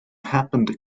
happened